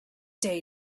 day